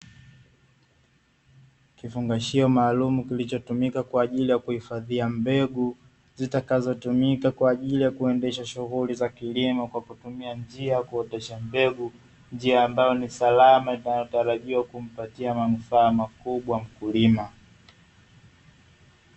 Kifungashio maalumu kilichotumika kwaajili ya kutumia mbegu, zitakazo tumika kwaajili ya kuendesha shughuli za kilimo kwa kutumua njia ya kuotesha mbegu, njia ambayo ni salama inayotarajia kumpatia manufaa makubwa mkulima.